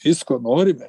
visko norime